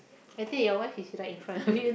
I think ya what he's right in front of you